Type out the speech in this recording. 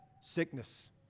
sickness